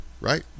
Right